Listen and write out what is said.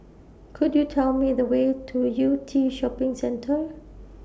Could YOU Tell Me The Way to Yew Tee Shopping Centre